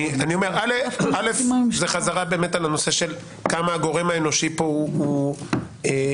זה חזרה על הנושא של כמה הגורם האנושי פה הוא אפקטיבי.